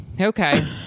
Okay